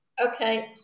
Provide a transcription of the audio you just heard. Okay